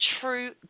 true